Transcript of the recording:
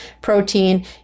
protein